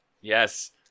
Yes